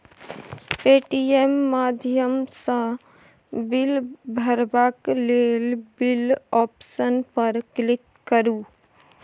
Paytm माध्यमसँ bill भरबाक लेल बिल आप्शन पर क्लिक करु